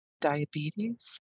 diabetes